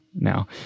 now